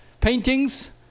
paintings